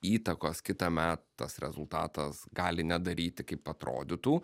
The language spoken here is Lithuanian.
įtakos kitamet tas rezultatas gali nedaryti kaip atrodytų